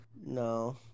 No